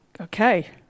Okay